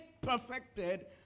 perfected